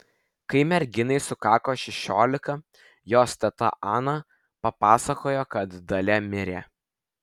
kai merginai sukako šešiolika jos teta ana papasakojo kad dalia mirė